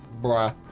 brah